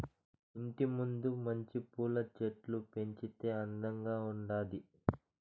ఇంటి ముందు మంచి పూల చెట్లు పెంచితే అందంగా ఉండాది